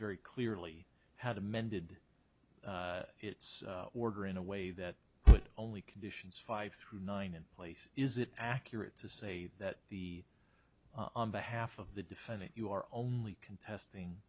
very clearly how to mended its order in a way that would only conditions five through nine in place is it accurate to say that the on behalf of the defendant you are only contesting